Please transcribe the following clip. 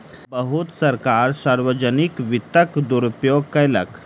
बहुत सरकार सार्वजनिक वित्तक दुरूपयोग कयलक